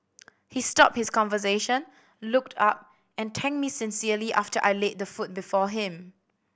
he stopped his conversation looked up and thanked me sincerely after I laid the food before him